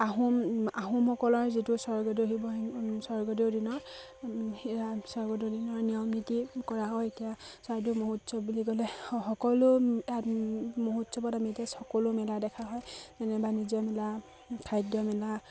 আহোম আহোমসকলৰ যিটো স্বৰ্গদেউ শিৱসিং স্বৰ্গদেউৰ দিনৰ স্বৰ্গদেউৰ দিনৰ নিয়ম নীতি কৰা হয় এতিয়া স্বৰ্গদেউ মহোৎসৱ বুলি ক'লে সকলো মহোৎসৱত আমি এতিয়া সকলো মেলা দেখা হয় যেনে বাণিজ্য মেলা খাদ্য মেলা